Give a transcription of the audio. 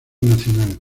nacional